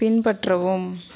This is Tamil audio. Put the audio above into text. பின்பற்றவும்